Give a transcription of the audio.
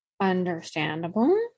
Understandable